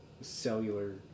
cellular